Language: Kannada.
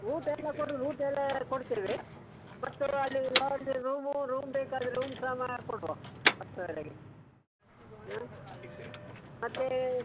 ಊಟ ಎಲ್ಲ ಕೊಡೋದು ಊಟ ಎಲ್ಲ ಕೊಡ್ತೀವಿ ಮತ್ತು ಅಲ್ಲಿ ಲಾಡ್ಜ್ ರೂಮು ರೂಮ್ ಬೇಕಾದರೆ ರೂಮ್ ಸಹ ಮಾಡ್ಕೊಡುವ ಅಷ್ಟರೊಳಗೆ ಹಾಂ ಮತ್ತೇ